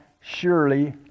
surely